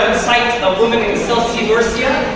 cite a woman named celce-murcia.